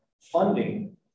funding